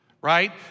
right